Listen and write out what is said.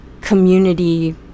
community